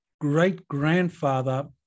great-grandfather